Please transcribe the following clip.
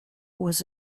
was